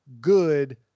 good